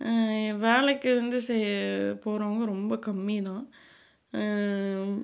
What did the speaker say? வேலைக்கு வந்து செய்ய போகிறவங்க ரொம்ப கம்மி தான்